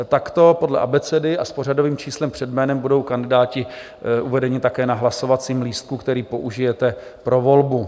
Takto podle abecedy a s pořadovým číslem před jménem budou kandidáti uvedeni také na hlasovacím lístku, který použijete pro volbu.